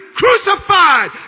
crucified